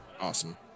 Awesome